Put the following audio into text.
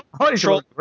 control